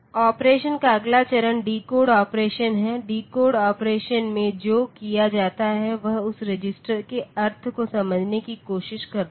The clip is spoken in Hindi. ऑपरेशन का अगला चरण डिकोड ऑपरेशन है डिकोड ऑपरेशन में जो किया जाता है वह उस रजिस्टर के अर्थ को समझने की कोशिश करता है